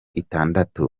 itandatu